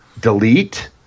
delete